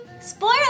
spoiler